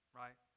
right